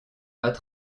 pas